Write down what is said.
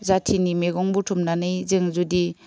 जाथिनि मेगं बुथुमनानै जों जुदि